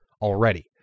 already